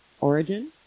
origin